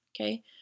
okay